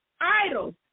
Idols